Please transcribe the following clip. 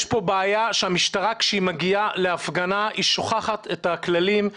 יש פה בעיה שהמשטרה כשהיא מגיעה להפגנה היא שוכחת את הכללים,